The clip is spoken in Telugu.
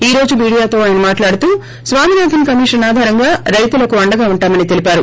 ఈ రోజు మీడియా తో ఆయన్మాట్లాడుతూ స్వామినాథన్ కమిషన్ ఆధారంగా రైతులకు అండగా ఉంటామని తెలిపారు